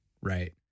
right